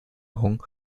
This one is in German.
augen